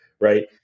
right